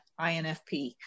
INFP